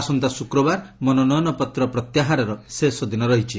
ଆସନ୍ତା ଶ୍ରକ୍ରବାର ମନୋନୟନ ପତ୍ର ପ୍ରତ୍ୟାହାରର ଶେଷ ଦିନ ରହିଛି